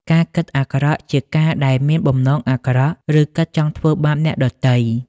ការគិតអាក្រក់ជា ការដែលមានបំណងអាក្រក់ ឬគិតចង់ធ្វើបាបអ្នកដទៃ។